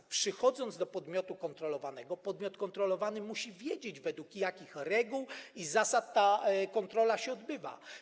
Gdy przychodzimy do podmiotu kontrolowanego, podmiot kontrolowany musi wiedzieć, według jakich reguł i zasad ta kontrola się odbywa.